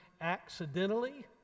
accidentally